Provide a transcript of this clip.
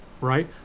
right